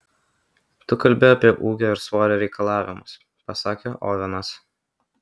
tu kalbi apie ūgio ir svorio reikalavimus pasakė ovenas